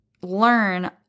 learn